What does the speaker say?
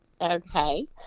Okay